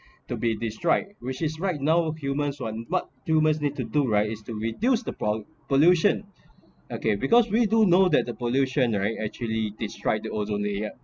to be destroyed which is right now humans what humans need to do right is to reduce the po~ pollution okay because we do know that the pollution right actually destroyed the ozone layer